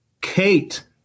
Kate